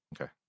Okay